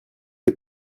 des